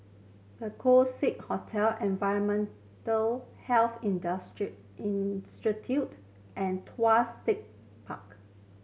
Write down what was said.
The Keong Saik Hotel Environmental Health Institute and Tuas Tech Park